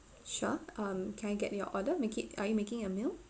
sure um can I get your order make it are you making it a meal